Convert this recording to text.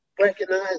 recognize